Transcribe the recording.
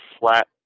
flat